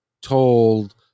told